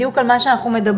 בדיוק על מה שאנחנו מדברים,